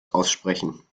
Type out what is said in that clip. aussprechen